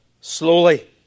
slowly